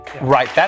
Right